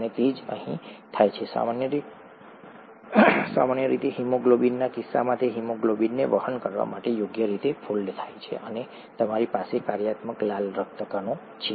અને તે જ અહીં થાય છે સામાન્ય હિમોગ્લોબિનના કિસ્સામાં તે હિમોગ્લોબિનને વહન કરવા માટે યોગ્ય રીતે ફોલ્ડ થાય છે અને તમારી પાસે કાર્યાત્મક લાલ રક્તકણો છે